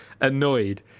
annoyed